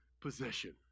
possession